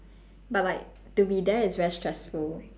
but like to be there it's very stressful